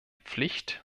pflicht